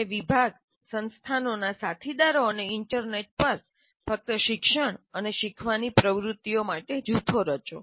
તમે વિભાગ સંસ્થાનોના સાથીદારો અને ઇન્ટરનેટ પર ફક્ત શિક્ષણ અને શીખવાની પ્રવૃત્તિઓ માટે જૂથો રચો